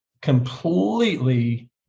completely